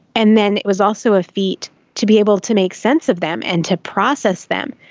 and then it was also a feat to be able to make sense of them and to process them.